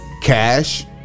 Cash